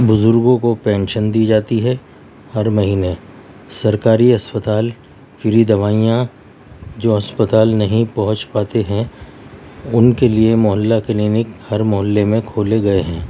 بزرگوں کو پنشن دی جاتی ہے ہرمہینے سرکاری اسپتال فری دوائیاں جو اسپتال نہیں پہنچ پاتے ہیں ان کے لیے محلہ کلینک ہر محلے میں کھولے گئے ہیں